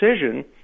decision